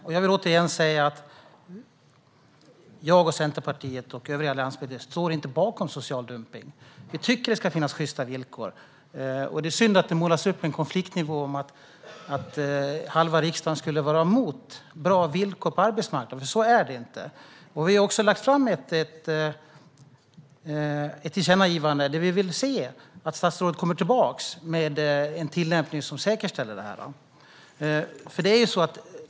Jag vill återigen säga att jag, Centerpartiet och övriga allianspartier inte står bakom social dumpning. Vi tycker att det ska finnas sjysta villkor. Det är synd att det målas upp en konfliktnivå om att halva riksdagen skulle vara emot bra villkor på arbetsmarknaden, för så är det inte. Vi har också lagt fram ett tillkännagivande där vi vill se att statsrådet kommer tillbaka med en tillämpning som säkerställer det.